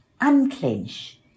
unclench